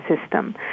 system